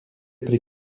pri